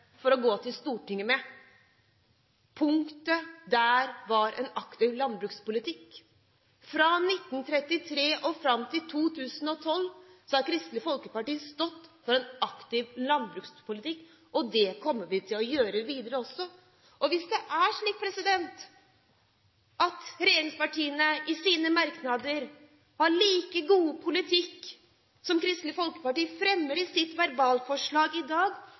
å gå til Stortinget med. Ett punkt var en aktiv landbrukspolitikk. Fra 1933 og fram til 2012 har Kristelig Folkeparti stått for en aktiv landbrukspolitikk, og det kommer vi til å gjøre videre også. Hvis det er slik at regjeringspartiene i sine merknader har like god politikk som det Kristelig Folkeparti fremmer med sitt forslag i dag,